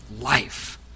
life